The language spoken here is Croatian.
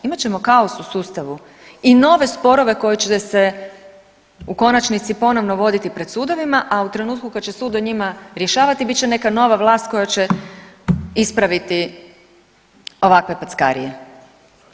Imat ćemo kaos u sustavu i nove sporove koji će se u konačnici ponovo voditi pred sudovima, a u trenutku kad će sud o njima rješavati bit će neka nova vlast koja će ispraviti ovakve packarije.